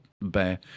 bear